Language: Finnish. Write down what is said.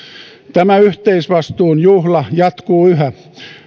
tämä yhteisvastuun juhla jatkuu yhä